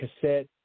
cassette